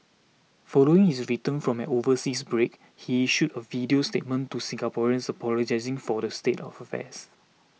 following his return from an overseas break he issued a video statement to Singaporeans apologising for the state of affairs